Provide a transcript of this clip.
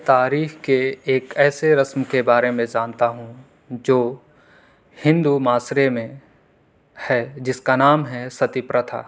تاریخ کے ایک ایسے رسم کے بارے میں جانتا ہوں جو ہندو معاشرے میں ہے جس کا نام ہے ستی پرتھا